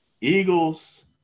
Eagles